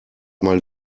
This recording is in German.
mal